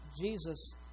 Jesus